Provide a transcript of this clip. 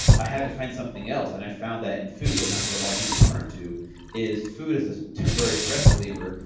i had to find something else and i found that in food and that's what a lot of people turn to is food as this temporary stress reliever,